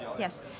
Yes